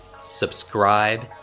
subscribe